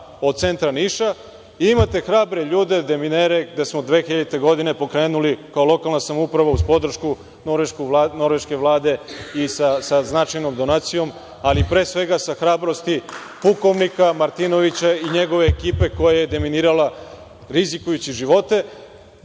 od centra Niša imate hrabre ljude, deminere gde smo 2000. godine pokrenuli kao lokalna samouprava uz podršku Norveške vlade i sa značajnom donacijom, ali pre svega hrabrosti pukovnika Martinovića i njegove ekipe koja je deminirala rizikujući živote.